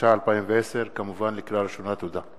התש"ע 2010. תודה.